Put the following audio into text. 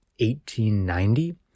1890